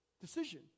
decision